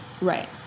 Right